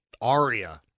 ARIA